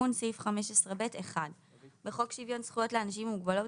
תיקון סעיף 15ב 1. בחוק שוויון זכויות לאנשים עם מוגבלות,